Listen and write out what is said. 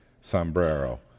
sombrero